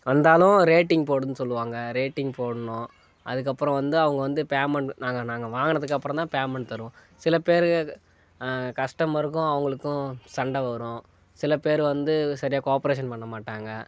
வந்தாலும் ரேட்டிங் போடுனு சொல்லுவாங்க ரேட்டிங் போடணும் அதுக்கப்புறம் வந்து அவங்க வந்து பேமண்ட் நாங்கள் நாங்கள் வாங்குனதுக்கப்புறந்தான் பேமண்ட் தருவோம் சில பேரு கஸ்டமருக்கும் அவங்களுக்கும் சண்டை வரும் சில பேர் வந்து சரியாக கோஆபரேஷன் பண்ண மாட்டாங்க